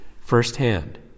firsthand